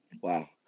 Wow